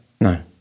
No